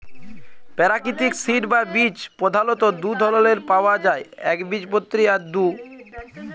পেরাকিতিক সিড বা বীজ পধালত দু ধরলের পাউয়া যায় একবীজপত্রী আর দু